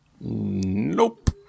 Nope